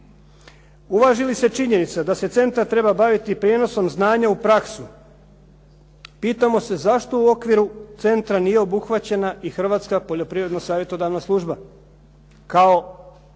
Uvaži li se činjenica da se centar treba baviti prijenosom znanja u praksu pitamo se zašto u okviru centra nije obuhvaćena i poljoprivredno-savjetodavna služba kao